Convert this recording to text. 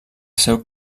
seu